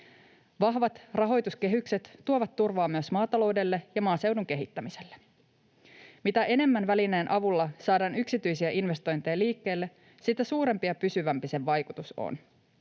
Vahvat rahoituskehykset tuovat turvaa myös maataloudelle ja maaseudun kehittämiselle. Mitä enemmän välineen avulla saadaan yksityisiä investointeja liikkeelle, sitä suurempi ja pysyvämpi sen vaikutus on.